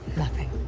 nothing.